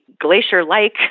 glacier-like